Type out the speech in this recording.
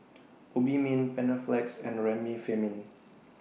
Obimin Panaflex and Remifemin